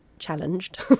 challenged